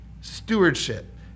stewardship